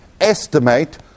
estimate